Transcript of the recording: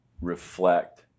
reflect